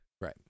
Right